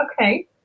okay